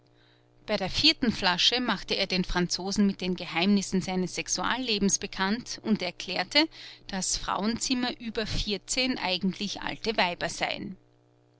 bei der vierten flasche machte er den franzosen mit den geheimnissen seines sexuallebens bekannt und erklärte daß frauenzimmer über vierzehn eigentlich alte weiber seien